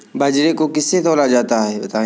बाजरे को किससे तौला जाता है बताएँ?